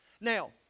Now